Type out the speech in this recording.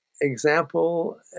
example